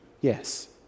Yes